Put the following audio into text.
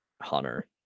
Hunter